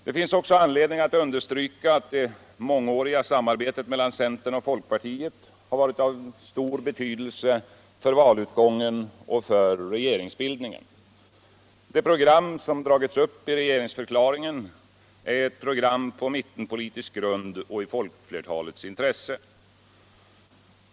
Det finns också anledning att understryka att det mångåriga samarbetet mellan centern och folkpartiet har varit av stor betydelse för valutgången och regeringsbildningen. Det program som har dragits upp i regeringsförklaringen är ett program på mittenpolitisk grund och i folkflertalets intresse.